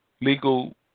legal